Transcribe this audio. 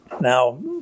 Now